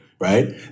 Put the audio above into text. right